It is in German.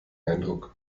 eindruck